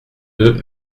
deux